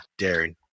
Darren